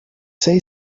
say